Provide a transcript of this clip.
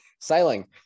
Sailing